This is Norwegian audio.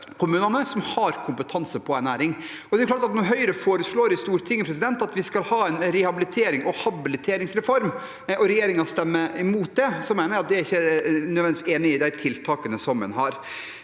kommunene som har kompetanse på ernæring. Det er klart at når Høyre foreslår i Stortinget at vi skal ha en rehabiliterings- og habiliteringsreform, og regjeringspartiene stemmer imot den, mener jeg at en ikke nødvendigvis er enig i de tiltakene som en har.